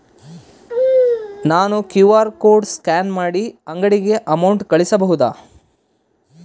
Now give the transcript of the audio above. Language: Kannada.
ನಾನು ಕ್ಯೂ.ಆರ್ ಕೋಡ್ ಸ್ಕ್ಯಾನ್ ಮಾಡಿ ಅಂಗಡಿಗೆ ಅಮೌಂಟ್ ಕಳಿಸಬಹುದಾ?